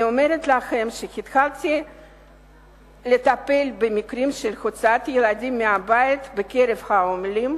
אני אומרת לכם שהתחלתי לטפל במקרים של הוצאת ילדים מהבית בקרב העולים,